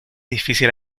difícil